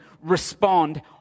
respond